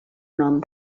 nom